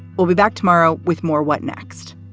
we'll be back tomorrow with more. what next?